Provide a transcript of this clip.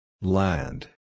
Land